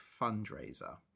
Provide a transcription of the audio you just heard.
Fundraiser